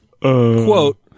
quote